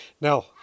Now